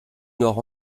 nord